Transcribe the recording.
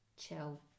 chill